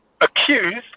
accused